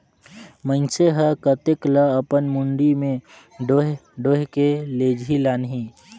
मइनसे हर कतेक ल अपन मुड़ी में डोएह डोएह के लेजही लानही